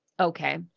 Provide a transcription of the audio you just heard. Okay